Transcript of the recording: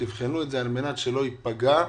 תבחנו את זה כדי שלא ייפגע,